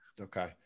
Okay